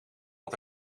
had